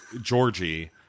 Georgie